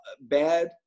bad